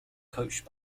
coached